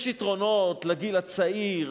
יש יתרונות לגיל הצעיר,